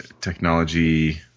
Technology